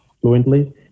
fluently